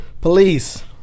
Police